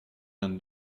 and